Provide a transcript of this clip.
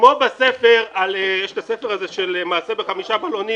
יש את הספר הזה של מעשה בחמישה בלונים,